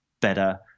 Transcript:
better